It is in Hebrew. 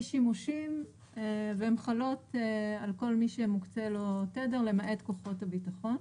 שימושים והם חלות על כל מי שמוקצה לו תדר למעט כוחות הביטחון,